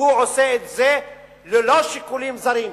שהוא עושה את זה ללא שיקולים זרים,